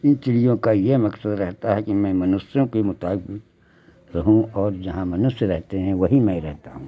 इन चिड़ियों का यह मकसद रहता है कि मैं मनुष्यों के मुताबिक रहूँ और जहाँ मनुष्य रहते हैं वहीं मैं रहती हूँ